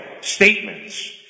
statements